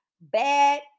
bad